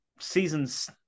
seasons